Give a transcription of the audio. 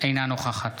אינה נוכחת